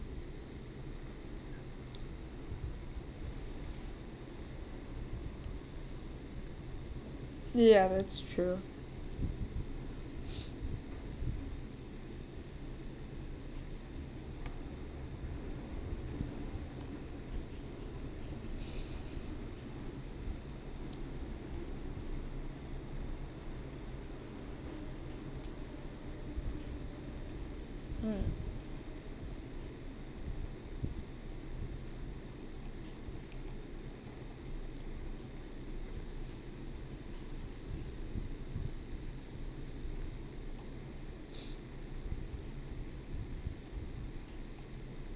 ya that's true mm